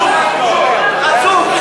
חצוף.